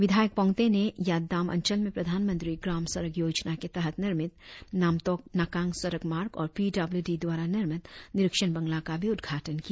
विधायक पोंगते ने याददाम अंचल में प्रधानमंत्री ग्राम सड़क योजना के तहत निर्मित नामटोक नाकांग सड़क मार्ग और पी डब्लू डी द्वारा निर्मित निरीक्षण बंगला का भी उद्घाटन किया